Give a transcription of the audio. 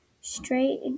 straight